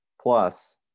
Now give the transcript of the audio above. plus